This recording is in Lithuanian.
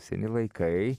seni laikai